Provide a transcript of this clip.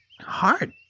hard